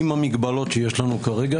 עם המגבלות שיש לנו כרגע.